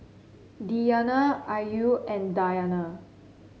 Diyana Ayu and Dayana